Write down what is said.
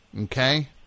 Okay